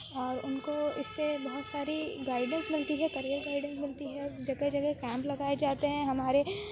اور ان کو اس سے بہت ساری گائیڈنس ملتی ہے کریئر گائیڈنس ملتی ہے جگہ جگہ کیمپ لگائے جاتے ہیں ہمارے